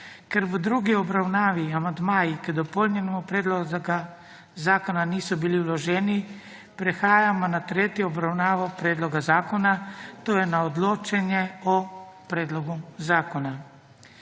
Ker v drugi obravnavi amandmaji k dopolnjenemu predlogu zakona niso bili vloženi, prehajamo na tretjo obravnavo predloga zakona, to je na odločanje o predlogu zakona.